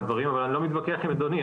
אבל אני לא מתווכח עם אדוני,